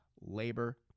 Labor